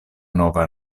nova